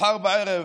מחר בערב